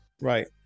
Right